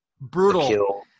Brutal